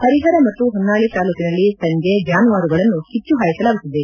ಹರಿಹರ ಮತ್ತು ಹೊನ್ನಾಳಿ ತಾಲೂಕಿನಲ್ಲಿ ಸಂಜೆ ಜಾನುವಾರುಗಳನ್ನು ಕಿಚ್ಚು ಹಾಯಿಸಲಾಗುತ್ತದೆ